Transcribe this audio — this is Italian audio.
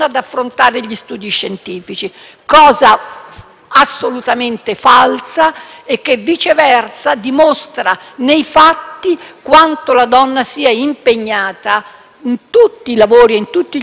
assolutamente falsa; viceversa, i fatti dimostrano quanto la donna sia impegnata in tutti i lavori e in tutti gli studi di stampo scientifico. Questo,